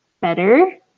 better